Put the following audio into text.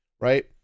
right